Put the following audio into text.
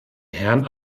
herrn